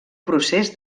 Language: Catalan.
procés